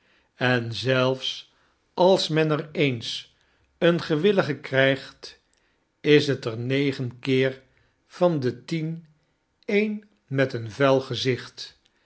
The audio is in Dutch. en zelfs als men er eens een gewillige krijgt is het er negen keer van de tien een met een vuil gezicht